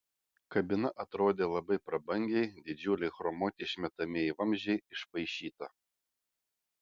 kabina atrodė labai prabangiai didžiuliai chromuoti išmetamieji vamzdžiai išpaišyta